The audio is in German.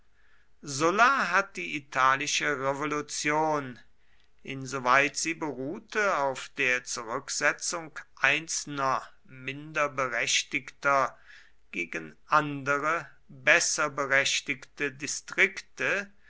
sulla hat die italische revolution insoweit sie beruhte auf der zurücksetzung einzelner minder berechtigter gegen andere besser berechtigte distrikte